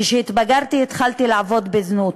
כשהתבגרתי התחלתי לעבוד בזנות.